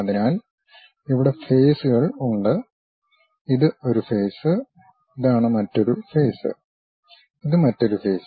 അതിനാൽ ഇവിടെ ഫേസ്കൾ ഉണ്ട് ഇത് ഒരു ഫേസ് ഇതാണ് മറ്റൊരു ഫേസ് ഇത് മറ്റൊരു ഫേസ്